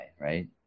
right